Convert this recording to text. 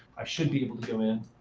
i should be able to go in